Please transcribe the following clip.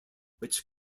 which